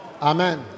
Amen